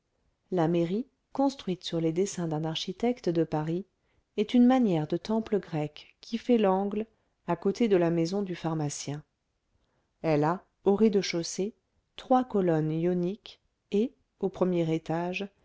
la mairie construite sur les dessins d'un architecte de paris est une manière de temple grec qui fait l'angle à côté de la maison du pharmacien elle a au rez-dechaussée trois colonnes ioniques et au premier étage